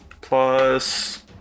plus